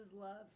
love